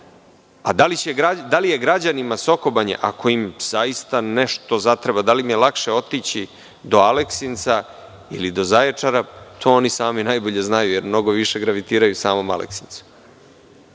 Da li je građanima Sokobanje, ako im zaista nešto zatreba, da li im je lakše otići do Aleksinca ili do Zaječara, to oni sami najbolje znaju, jer mnogo više gravitiraju u samom Aleksincu. Da